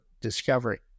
discovery